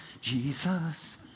Jesus